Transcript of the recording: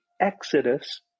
exodus